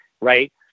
right